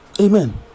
Amen